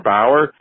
Bauer